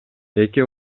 эки